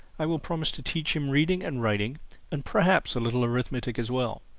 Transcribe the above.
i will promise to teach him reading and writing and perhaps a little arithmetic as well.